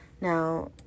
Now